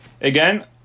Again